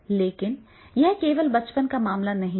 लेकिन यह केवल बचपन का मामला नहीं है